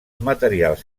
materials